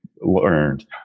learned